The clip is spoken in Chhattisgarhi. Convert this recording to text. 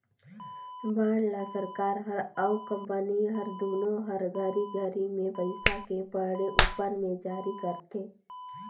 बांड ल सरकार हर अउ कंपनी हर दुनो हर घरी घरी मे पइसा के पड़े उपर मे जारी करथे